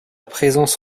présence